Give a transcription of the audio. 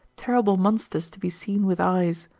terrible monsters to be seen with eyes.